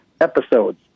episodes